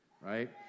right